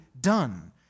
done